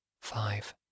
Five